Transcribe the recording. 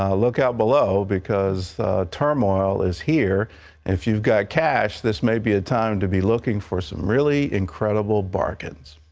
um look out below because turmoil is here. and if you've got cash, this may be a time to be looking for some really incredible bargains.